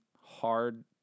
hard